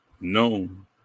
known